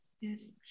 Yes